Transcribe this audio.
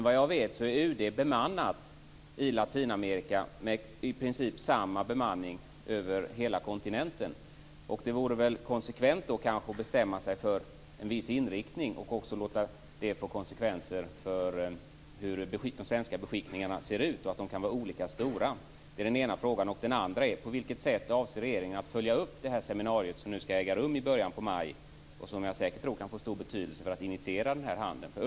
Vad jag vet har UD i princip samma bemanning över hela den latinamerikanska kontinenten. Det vore väl konsekvent att bestämma sig för en viss inriktning och låta det få följder för hur de svenska beskickningarna skall se ut? De kan vara olika stora. På vilket sätt avser regeringen att följa upp seminariet som skall äga rum i början av maj? Jag tror säkert att det kan få stor betydelse för att initiera handeln.